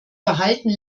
verhalten